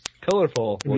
colorful